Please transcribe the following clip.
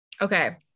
Okay